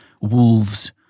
wolves